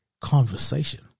conversation